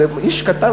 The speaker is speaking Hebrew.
איש קטן,